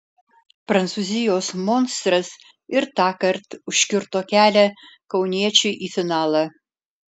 prancūzijos monstras ir tąkart užkirto kelią kauniečiui į finalą